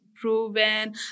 Proven